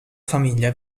famiglia